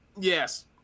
Yes